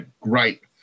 great